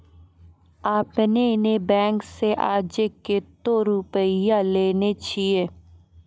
आपने ने बैंक से आजे कतो रुपिया लेने छियि?